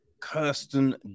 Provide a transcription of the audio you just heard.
Kirsten